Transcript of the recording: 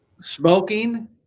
Smoking